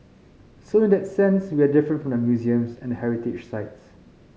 so in that sense we are different from the museums and the heritage sites